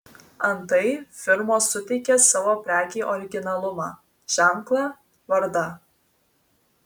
antai firmos suteikia savo prekei originalumą ženklą vardą